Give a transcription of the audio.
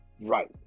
Right